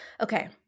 Okay